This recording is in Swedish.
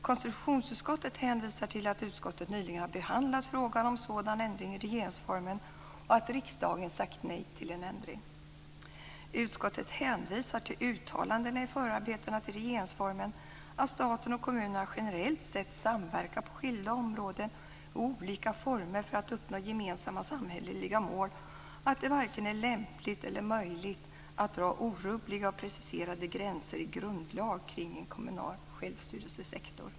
Konstitutionsutskottet hänvisar till att utskottet nyligen har behandlat frågan om en sådan ändring i regeringsformen och att riksdagen sagt nej till en ändring. Utskottet hänvisar till uttalandena i förarbetena till regeringsformen, att staten och kommunerna generellt sett samverkar på skilda områden och i olika former för att uppnå gemensamma samhälleliga mål och att det varken är lämpligt eller möjligt att dra orubbliga och preciserade gränser i grundlag kring en kommunal självstyrelsesektor.